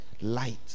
light